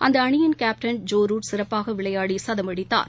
அந்த அணியின் captain Joe Root சிறப்பாக விளையாடி சதம் அடித்தார்